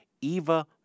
Eva